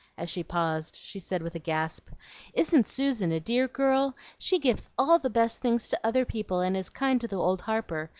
as she paused, she said with a gasp isn't susan a dear girl? she gives all the best things to other people, and is kind to the old harper.